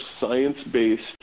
science-based